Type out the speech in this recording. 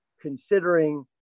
considering –